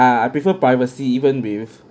I I prefer privacy even with